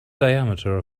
diameter